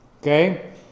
Okay